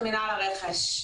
מינהל הרכש.